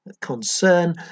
concern